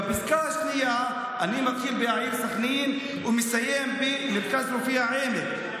בפסקה השנייה אני מתחיל ב"העיר סח'נין" ומסיים ב"מרכז רפואי העמק".